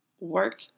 work